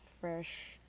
fresh